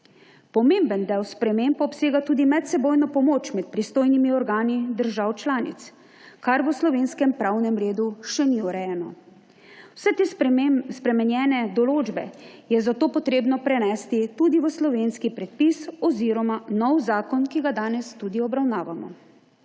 Pomemben del sprememb pa obsega tudi medsebojno pomoč med pristojnimi organi držav članic, kar v slovenskem pravnem redu še ni urejeno. Vse te spremenjene določbe je zato potrebno prenesti tudi v slovenski predpis oziroma nov zakon, ki ga danes obravnavamo.